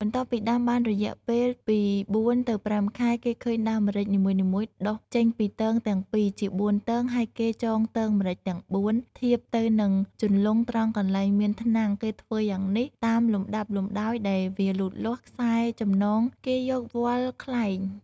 បន្ទាប់ពីដាំបានរយៈពេលពី៤ទៅ៥ខែគេឃើញដើមម្រេចនីមួយៗដុះចេញពី ទងទាំង២ ជាបួនទងហើយគេចងទងម្រេចទាំង៤ ធៀបទៅនឹងជន្លង់ត្រង់កន្លែងមាន ថ្នាំង គេធ្វើយ៉ាងនេះ តាមលំដាប់លំដោយដែលវាលូតលាស់ ខ្សែចំណងគេយកវល្លិ៍ខ្លែង។